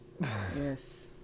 yes